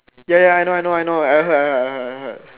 ya ya I know I know I know I heard I heard I heard